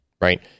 Right